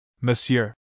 Monsieur